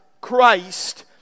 Christ